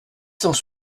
cent